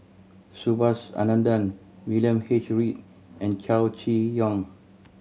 Subhas Anandan William H Read and Chow Chee Yong